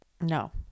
No